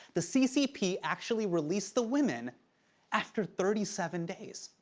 the ccp actually released the women after thirty seven days.